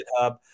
GitHub